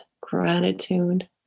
gratitude